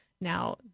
Now